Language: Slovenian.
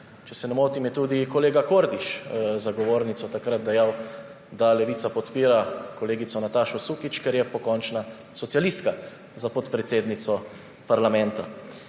Če se ne motim, je tudi kolega Kordiš za govornico takrat dejal, da Levica podpira kolegico Natašo Sukič, ker je pokončna socialistka, za podpredsednico parlamenta.